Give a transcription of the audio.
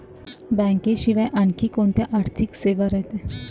बँकेशिवाय आनखी कोंत्या आर्थिक सेवा रायते?